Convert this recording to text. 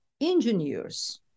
engineers